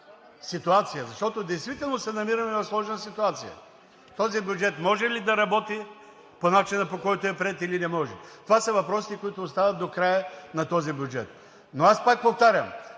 ситуация, защото действително се намираме в сложна ситуация – този бюджет може ли да работи по начина, по който е приет, или не може, това са въпросите, които остават до края на този бюджет. Но пак повтарям,